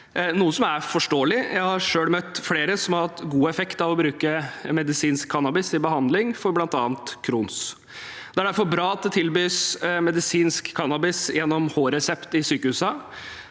noe som er forståelig. Jeg har selv møtt flere som har hatt god effekt av å bruke medisinsk cannabis til behandling av bl.a. Crohns sykdom. Det er derfor bra at det tilbys medisinsk cannabis gjennom h-resept i sykehusene.